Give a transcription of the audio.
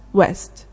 west